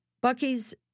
Bucky's